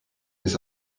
this